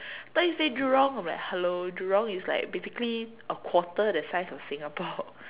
thought you stay Jurong I'll be like hello Jurong is like basically a quarter of the size of Singapore